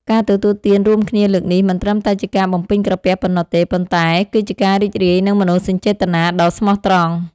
ការទទួលទានរួមគ្នាលើកនេះ មិនត្រឹមតែជាការបំពេញក្រពះប៉ុណ្ណោះទេ ប៉ុន្តែគឺជាការរីករាយនឹងមនោសញ្ចេតនាដ៏ស្មោះត្រង់។